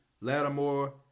Lattimore